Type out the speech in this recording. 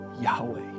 Yahweh